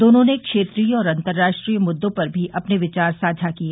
दोनों ने क्षेत्रीय और अंतर्राष्ट्रीय मुद्रों पर भी अपने विचार साझा किए